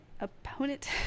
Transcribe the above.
opponent